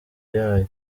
yayo